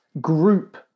group